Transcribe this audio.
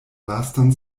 lastan